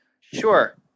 Sure